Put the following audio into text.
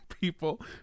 people